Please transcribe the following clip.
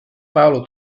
paolo